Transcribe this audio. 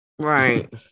Right